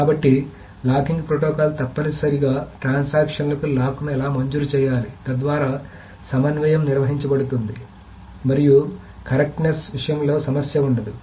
కాబట్టి locking protocol తప్పనిసరిగా transaction లకు లాక్లను ఎలా మంజూరు చేయాలి తద్వారా సమన్వయం నిర్వహించబడుతుంది మరియు కర్రెక్ట్ నేస్ విషయంలో సమస్య ఉండదు